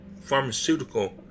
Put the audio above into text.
pharmaceutical